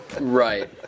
Right